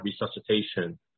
resuscitation